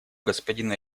господина